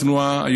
התנועה,